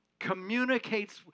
communicates